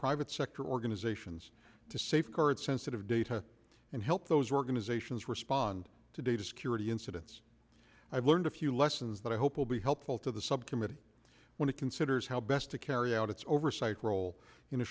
private sector organisations to safeguard sensitive data and help those organisations respond to data security incidents i've learned a few lessons that i hope will be helpful to the subcommittee when it considers how best to carry out its oversight role in